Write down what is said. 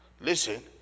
listen